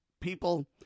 people